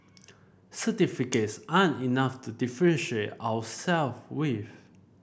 certificates aren't enough to differentiate ourselves with